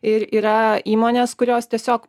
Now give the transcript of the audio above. ir yra įmonės kurios tiesiog